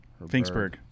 Finksburg